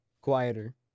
quieter